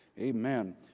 amen